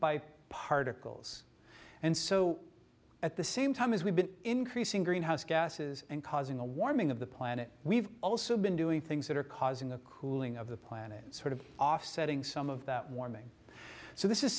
by particles and so at the same time as we've been increasing greenhouse gases and causing the warming of the planet we've also been doing things that are causing the cooling of the planet sort of offsetting some of that warming so this is